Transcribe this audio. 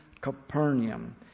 Capernaum